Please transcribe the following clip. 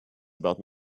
about